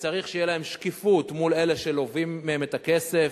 וצריך שתהיה להם שקיפות מול אלה שלווים מהם כסף,